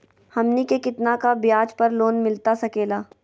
हमनी के कितना का ब्याज पर लोन मिलता सकेला?